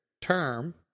term